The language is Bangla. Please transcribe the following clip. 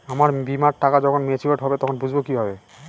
আমার বীমার টাকা যখন মেচিওড হবে তখন বুঝবো কিভাবে?